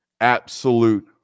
absolute